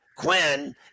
Quinn